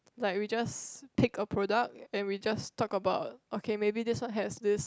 like we just take a product and we just talk about okay maybe this one has this